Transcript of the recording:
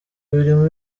birimo